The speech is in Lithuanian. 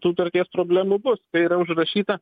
tų tarties problemų bus tai yra užrašyta